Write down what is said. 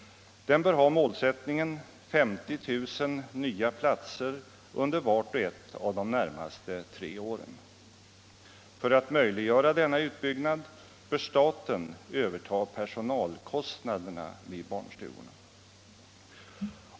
Den bör ha målsättningen 50 000 nya platser under vart och ett av de närmaste tre åren. För att möjliggöra denna utbyggnad bör staten överta personalkostnaderna vid barnstugorna.